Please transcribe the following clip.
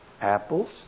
apples